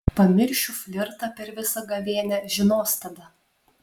pamiršiu flirtą per visą gavėnią žinos tada